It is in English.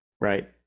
right